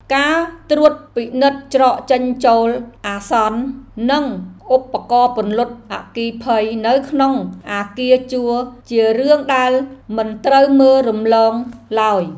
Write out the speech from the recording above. ការត្រួតពិនិត្យច្រកចេញចូលអាសន្ន និងឧបករណ៍ពន្លត់អគ្គិភ័យនៅក្នុងអគារជួលជារឿងដែលមិនត្រូវមើលរំលងឡើយ។